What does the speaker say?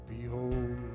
Behold